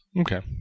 Okay